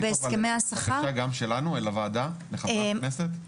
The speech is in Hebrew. אפשר להוסיף בקשה שלנו לוועדה, לחברי הכנסת?